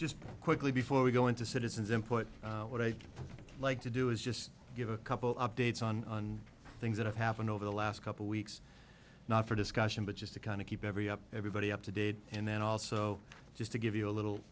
just quickly before we go into citizens input what i'd like to do is just give a couple updates on things that have happened over the last couple weeks not for discussion but just to kind of keep every up everybody up to date and then also just to give you a little